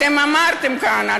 אתם אמרתם כאן,